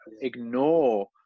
ignore